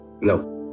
No